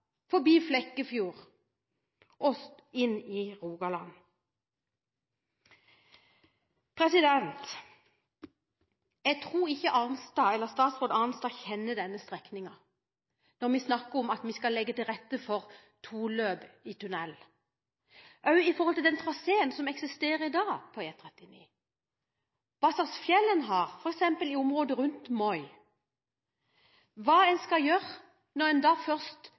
forbi Lyngdal, forbi Fjekkefjord og inn i Rogaland? Jeg tror ikke statsråd Arnstad kjenner denne strekningen når man snakker om at man skal legge til rette for to løp i tunnelen. Med tanke på den traseen som eksisterer i dag på E39 og hva slags fjell en har f.eks. i området rundt Moi, hva en skal gjøre når en først kanskje planlegger en helt ny trasé, hvorfor skal en ikke da